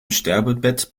sterbebett